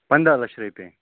پَنٛداہ لچھ رۄپیہِ